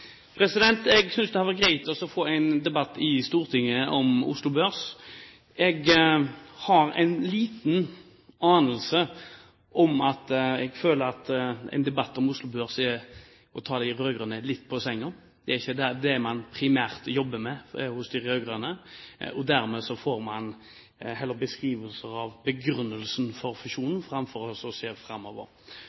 Jeg synes det har vært greit å få en debatt i Stortinget om Oslo Børs. Jeg har en liten anelse om at en debatt om Oslo Børs er å ta de rød-grønne litt på senga. Det er ikke det de rød-grønne primært jobber med. Dermed får man heller beskrivelser av begrunnelsen for fusjonen framfor